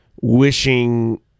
wishing